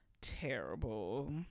terrible